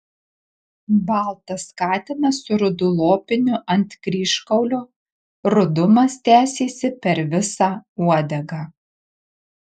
baltas katinas su rudu lopiniu ant kryžkaulio rudumas tęsėsi per visą uodegą